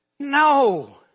No